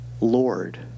Lord